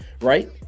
right